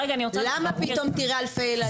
למה פתאום תראה אלפי ילדים?